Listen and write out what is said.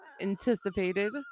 anticipated